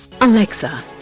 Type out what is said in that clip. Alexa